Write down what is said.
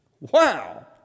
Wow